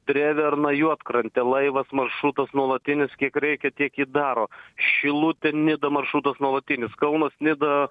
dreverna juodkrantė laivas maršrutas nuolatinis kiek reikia tiek jį daro šilutė nida maršrutas nuolatinis kaunas nida